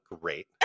great